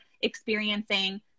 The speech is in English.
experiencing